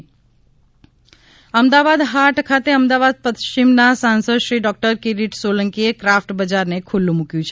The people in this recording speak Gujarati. અમદાવાદ હાટ અમદાવાદ હાટ ખાતે અમદાવાદ પશ્ચિમના સાંસદ શ્રી ડૉક્ટર કિરીટ સોલંકીએ કાફ્ટ બજારને ખુલ્લું મુક્યું છે